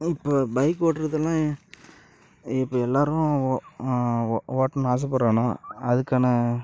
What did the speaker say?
இப்போ பைக் ஓட்டுறதுன்னா இப்போ எல்லோரும் ஓட்டணுன்னு ஆசைப்பட்றானோ அதுக்கான